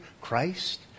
Christ